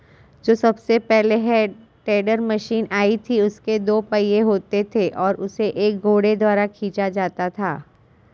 जो सबसे पहले हे टेडर मशीन आई थी उसके दो पहिये होते थे और उसे एक घोड़े द्वारा खीचा जाता था